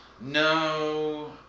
No